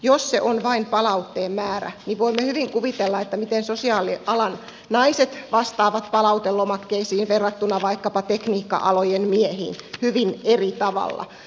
jos se on vain palautteen määrä niin voimme hyvin kuvitella miten sosiaalialan naiset vastaavat palautelomakkeisiin verrattuna vaikkapa tekniikka alojen miehiin hyvin eri tavalla